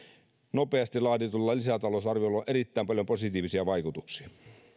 nopeasti laaditulla lisätalousarviolla on erittäin paljon positiivisia vaikutuksia